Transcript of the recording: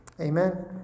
amen